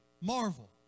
marvel